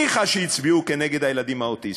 ניחא שהצביעו כנגד הילדים האוטיסטים,